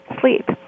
sleep